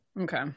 Okay